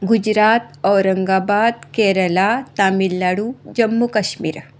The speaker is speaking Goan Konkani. गुजरात औरंगाबाद केरला तामिळनाडू जम्मू कश्मीर